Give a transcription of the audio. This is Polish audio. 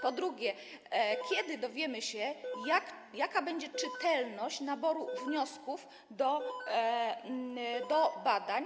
Po drugie, kiedy dowiemy się, jaka będzie czytelność naboru wniosków do badań?